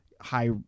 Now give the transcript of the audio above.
high